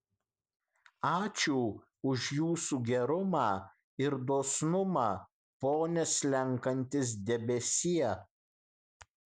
ačiū už jūsų gerumą ir dosnumą pone slenkantis debesie